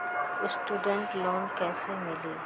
Student loan कैसे मिली?